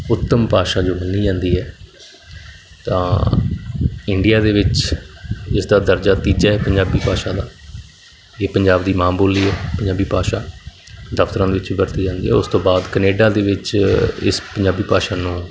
ਉੱਤਮ ਭਾਸ਼ਾ ਜੋ ਮੰਨੀ ਜਾਂਦੀ ਹੈ ਤਾਂ ਇੰਡੀਆ ਦੇ ਵਿੱਚ ਇਸਦਾ ਦਰਜਾ ਤੀਜਾ ਪੰਜਾਬੀ ਭਾਸ਼ਾ ਦਾ ਇਹ ਪੰਜਾਬ ਦੀ ਮਾਂ ਬੋਲੀ ਹੈ ਪੰਜਾਬੀ ਭਾਸ਼ਾ ਦਫਤਰਾਂ ਦੇ ਵਿੱਚ ਵਰਤੀ ਜਾਂਦੀ ਹੈ ਉਸ ਤੋਂ ਬਾਅਦ ਕਨੇਡਾ ਦੇ ਵਿੱਚ ਇਸ ਪੰਜਾਬੀ ਭਾਸ਼ਾ ਨੂੰ